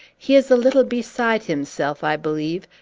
he is a little beside himself, i believe,